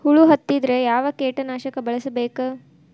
ಹುಳು ಹತ್ತಿದ್ರೆ ಯಾವ ಕೇಟನಾಶಕ ಬಳಸಬೇಕ?